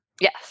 Yes